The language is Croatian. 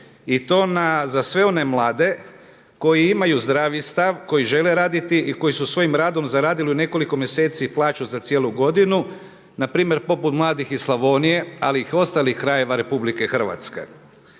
i to na za sve one mlade koji imaju zdravi stav, koji žele raditi i koji su svojim radom zaradili u nekoliko mjeseci plaću za cijelu godinu. Na primjer poput mladih iz Slavonije, ali i ostalih krajeva RH. Puna su